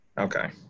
Okay